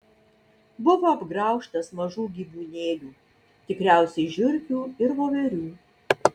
buvo apgraužtas mažų gyvūnėlių tikriausiai žiurkių ir voverių